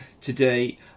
today